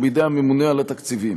שהוא בידי הממונה על התקציבים.